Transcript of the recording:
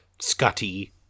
Scotty